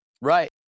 Right